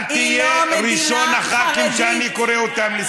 היא לא מדינה חרדית,